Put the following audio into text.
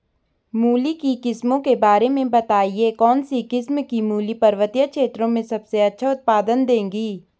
मूली की किस्मों के बारे में बताइये कौन सी किस्म की मूली पर्वतीय क्षेत्रों में सबसे अच्छा उत्पादन देंगी?